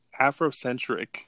Afrocentric